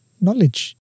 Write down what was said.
knowledge